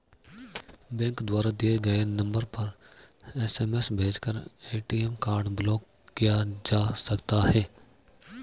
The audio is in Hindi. बैंक द्वारा दिए गए नंबर पर एस.एम.एस भेजकर ए.टी.एम कार्ड ब्लॉक किया जा सकता है